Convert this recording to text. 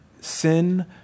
Sin